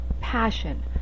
passion